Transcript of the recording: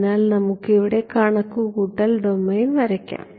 അതിനാൽ നമുക്ക് ഇവിടെ കണക്കുകൂട്ടൽ ഡൊമെയ്ൻ വരയ്ക്കാം